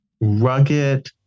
rugged